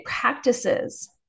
practices